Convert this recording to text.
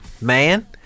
man